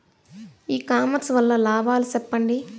ఇ commerce వల్ల లాభాలు సెప్పండి?